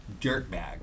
dirtbag